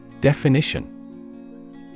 Definition